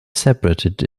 separated